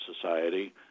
society—